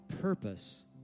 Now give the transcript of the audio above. purpose